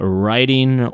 writing